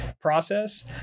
process